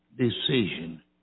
decision